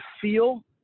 feel